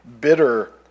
bitter